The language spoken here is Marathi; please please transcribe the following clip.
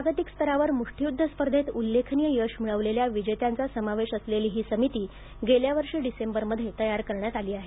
जागतिक स्तरावर मुष्टीयुध्द स्पर्धेत उल्लेखनीय यश मिळवलेल्या विजेत्याचा समावेश असलेली ही समिती गेल्या वर्षी डिसेंबरमध्ये तयार करण्यात आली आहे